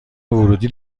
ورودی